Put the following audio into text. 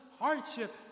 hardships